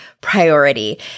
priority